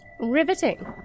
Riveting